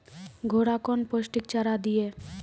घोड़ा कौन पोस्टिक चारा दिए?